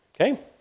Okay